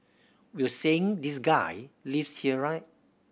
we were saying this guy lives here right